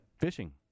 Fishing